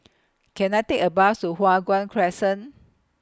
Can I Take A Bus to Hua Guan Crescent